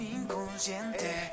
inconsciente